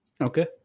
Okay